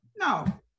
No